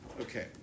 Okay